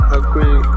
agree